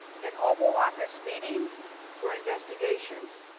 an oval office meeting for investigations.